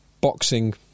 Boxing